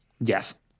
yes